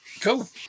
cool